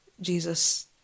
Jesus